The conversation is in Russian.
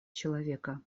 человека